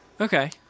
Okay